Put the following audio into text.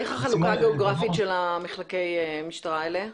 איך החלוקה הגיאוגרפית של מחלקי המשטרה האלה?